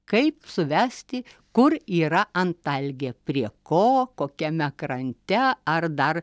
kaip suvesti kur yra antalgė prie ko kokiame krante ar dar